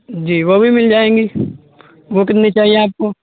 جی وہ بھی مل جائیں گی وہ کتنی چاہیے آپ کو